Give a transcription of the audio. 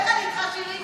איך אני איתך, שירי?